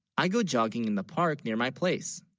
i go, jogging in the park, near my place